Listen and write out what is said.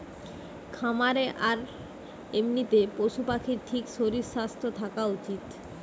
খামারে আর এমনিতে পশু পাখির ঠিক শরীর স্বাস্থ্য থাকা উচিত